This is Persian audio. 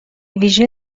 ویژه